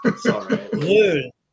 sorry